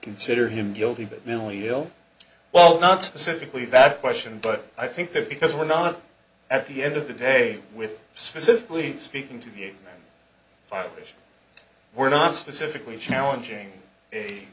consider him guilty but mentally ill well not specifically that question but i think that because we're not at the end of the day with specifically speaking to the violation we're not specifically challenging